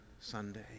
Sunday